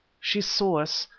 she saw us,